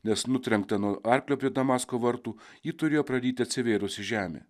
nes nutrenktą nuo arklio prie damasko vartų jį turėjo praryti atsivėrusi žemė